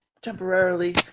temporarily